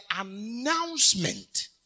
announcement